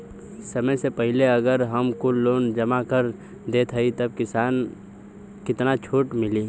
समय से पहिले अगर हम कुल लोन जमा कर देत हई तब कितना छूट मिली?